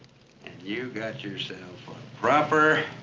and you got yourself a proper